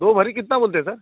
दो भरी कितना बोलते हैं सर